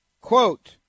Quote